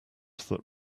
that